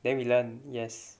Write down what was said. then we learn yes